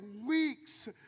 weeks